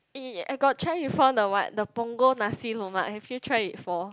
eh I got try before the what the Punggol Nasi-Lemak have you tried it before